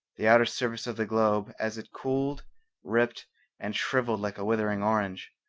the outer surface of the globe as it cooled ripped and shrivelled like a withering orange.